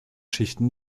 schichten